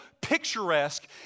picturesque